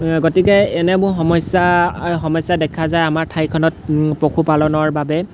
গতিকে এনেবোৰ সমস্যা সমস্যা দেখা যায় আমাৰ ঠাইখনত পশুপালনৰ বাবে